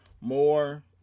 more